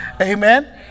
Amen